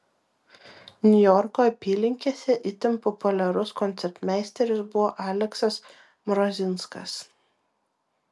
niujorko apylinkėse itin populiarus koncertmeisteris buvo aleksas mrozinskas